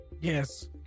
Yes